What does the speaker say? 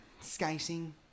Skating